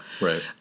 Right